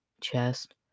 chest